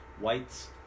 Whites